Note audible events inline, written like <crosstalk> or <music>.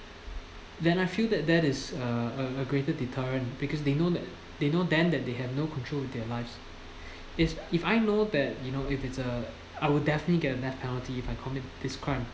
then I feel that that is uh a a greater deterrent because they know that they know then that they have no control with their lives <breath> it's if I know that you know if it's uh I will definitely get a death penalty if I commit this crime